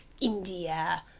India